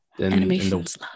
Animations